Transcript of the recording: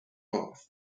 wealth